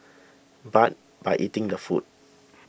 but by eating the food